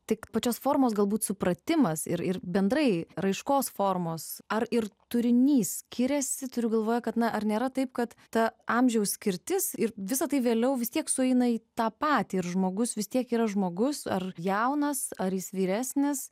tik pačios formos galbūt supratimas ir bendrai raiškos formos ar ir turinys skiriasi turiu galvoje kad na ar nėra taip kad ta amžiaus skirtis ir visa tai vėliau vis tiek sueina į tą patį ir žmogus vis tiek yra žmogus ar jaunas ar jis vyresnis